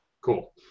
Cool